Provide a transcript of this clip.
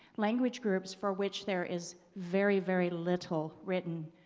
language groups for which there is very, very little written.